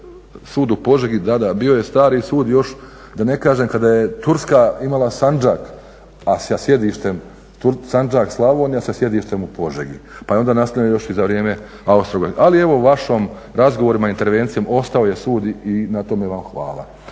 sud u Požegi, da, da, bio je stari sud još, da ne kažem, kada je Turska imala …, a sa sjedištem, … Slavonija sa sjedištem u Požegi pa je onda nastalo još i za vrijeme Austro-Ugarske. Ali evo, vašim razgovorima, intervencijama ostao je sud i na tome vam hvala,